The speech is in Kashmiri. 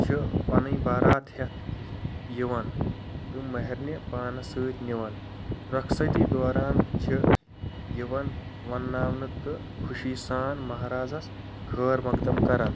چھُ پَنٕنۍ بارات ہیٚتھ یِوان تہٕ ماہرنہِ پانَس سۭتۍ نِوان رۄخصتی دوران چھِ یِوان ونناونہٕ تہٕ خوشی سان ماہرازس خیر مقدم کران